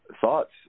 Thoughts